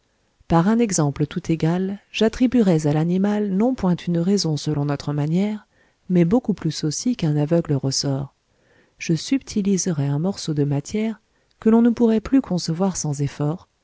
par un exemple tout égal j'attribuerais à l'animal non point une raison selon notre manière mais beaucoup plus aussi qu'un aveugle ressort je subtiliserais un morceau de matière que l'on ne pourrait plus concevoir sans effort